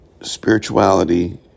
spirituality